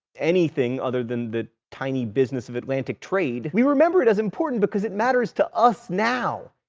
anything other than the tiny business of atlantic trade. we remember it as important because it matters to us now.